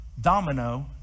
domino